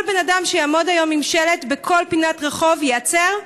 כל בן אדם שיעמוד היום עם שלט בכל פינת רחוב ייעצר?